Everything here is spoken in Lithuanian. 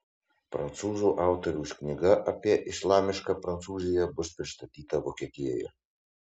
prancūzų autoriaus knyga apie islamišką prancūziją bus pristatyta vokietijoje